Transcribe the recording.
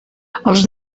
els